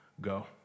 go